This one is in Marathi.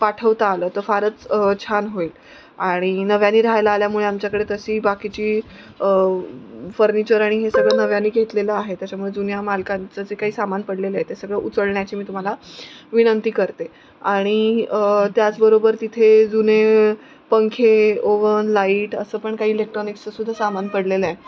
पाठवता आलं तर फारच छान होईल आणि नव्याने राहायला आल्यामुळे आमच्याकडे तशी बाकीची फर्निचर आणि हे सगळं नव्याने घेतलेलं आहे त्याच्यामुळे जुन्या मालकांचं जे काही सामान पडलेलं आहे ते सगळं उचलण्याची मी तुम्हाला विनंती करते आणि त्याचबरोबर तिथे जुने पंखे ओव्हन लाईट असं पण काही इलेक्ट्रॉनिक्सचं सुद्धा सामान पडलेलं आहे